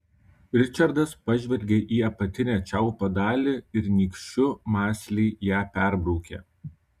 ričardas pažvelgė į apatinę čiaupo dalį ir nykščiu mąsliai ją perbraukė